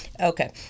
Okay